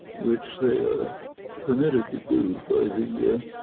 which they are permitted to do by the year.